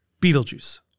Beetlejuice